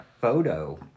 photo